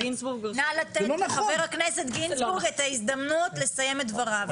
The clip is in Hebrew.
נא לתת לחבר הכנסת גינזבורג את ההזדמנות לסיים את דבריו.